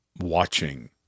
watching